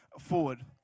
forward